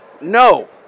No